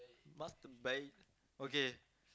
masturbate okay